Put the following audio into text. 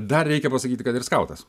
dar reikia pasakyti kad ir skautas